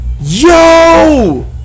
Yo